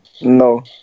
no